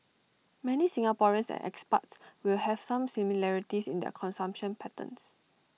many Singaporeans and expats will have some similarities in their consumption patterns